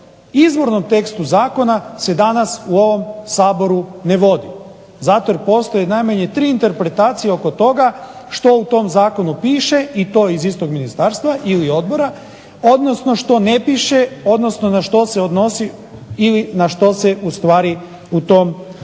izvornom tekstu zakona se danas u ovom Saboru ne vodi, zato jer postoji najmanje tri interpretacije oko toga što u tom zakonu piše, i to iz istog ministarstva ili odbora, odnosno što ne piše, odnosno na što se odnosi ili na što se ustvari u tom zakonu